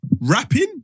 Rapping